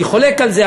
אני חולק על זה,